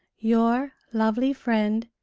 your lovely friend,